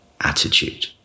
attitude